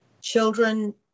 children